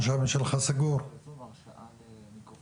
השאלה היא עבר או לא עבר או שאתה לא יודע להגיד.